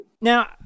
Now